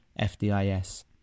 FDIS